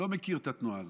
לא מכיר את התנועה הזאת.